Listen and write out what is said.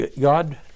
God